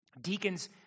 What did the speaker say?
Deacons